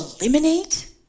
eliminate